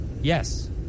Yes